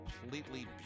completely